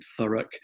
Thurrock